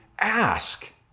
Ask